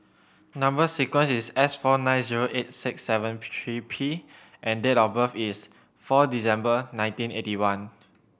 number sequence is S four nine zero eight six seven three P and date of birth is four December nineteen eighty one